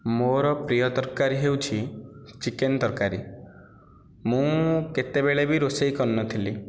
ମୋର ପ୍ରିୟ ତରକାରୀ ହେଉଛି ଚିକେନ ତରକାରୀ ମୁଁ କେତେବେଳେ ବି ରୋଷେଇ କରିନଥିଲି